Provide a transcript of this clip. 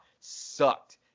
sucked